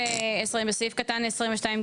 הסתייגות 20: "בסעיף קטן 22(ג),